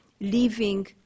leaving